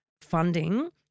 funding